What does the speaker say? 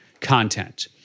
content